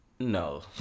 No